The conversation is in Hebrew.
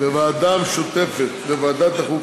בהצעת חוק